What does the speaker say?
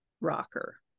rocker